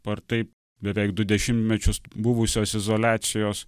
ar taip beveik du dešimtmečius buvusios izoliacijos